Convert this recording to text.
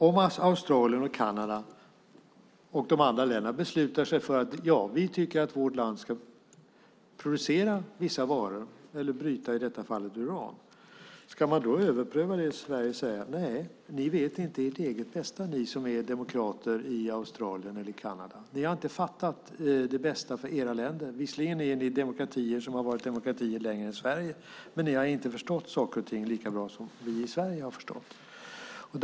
Om Australien och Kanada och de andra länderna beslutar sig för att de tycker att deras länder ska producera vissa varor, eller i detta fall bryta uran, ska vi i Sverige då överpröva det och säga: Nej, ni vet inte ert eget bästa, ni som är demokrater i Australien eller Kanada. Ni har inte fattat vad som är bäst för era länder. Visserligen är ni demokratier som har varit demokratier längre än Sverige, men ni har inte förstått saker och ting lika bra som vi i Sverige har förstått dem.